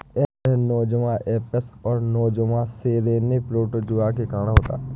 यह Nosema apis और Nosema ceranae protozoa के कारण होता है